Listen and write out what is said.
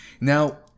Now